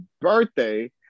birthday